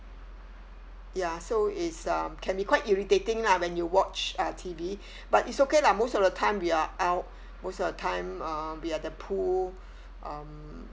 ya so it's um can be quite irritating lah when you watch uh T_V but it's okay lah most of the time we are out most of the time um we're at the pool um